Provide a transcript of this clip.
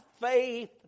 faith